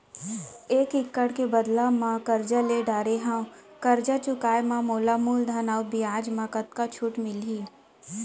एक एक्कड़ के बदला म करजा ले डारे हव, करजा चुकाए म मोला मूलधन अऊ बियाज म कतका छूट मिलही?